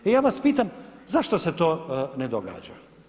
Ja vas pitam zašto se to ne događa.